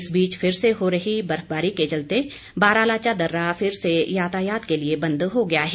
इस बीच फिर से हो रही बर्फवारी के चलते बारालाचा दर्रा फिर से यातायात के लिए बंद हो गया है